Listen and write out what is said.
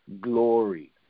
glory